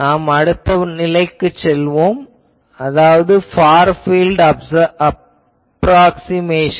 நாம் அடுத்தபடிக்குச் செல்வோம் அதாவது ஃபார் பீல்ட் அப்ராக்ஸிமேஷன்